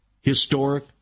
historic